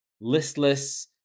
listless